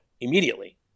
immediately